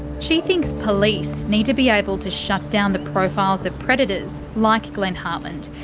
she thinks police need to be able to shut down the profiles of predators like glenn hartland,